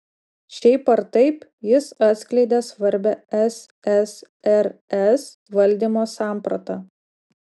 šiaip ar taip jis atskleidė svarbią ssrs valdymo sampratą